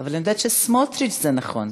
אבל אני יודעת שסמוֹטריץ זה נכון,